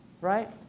Right